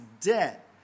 debt